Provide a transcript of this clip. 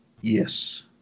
Yes